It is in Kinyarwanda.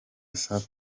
safi